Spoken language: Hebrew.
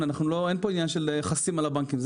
אין פה עניין של לחוס על הבנקים.